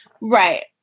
Right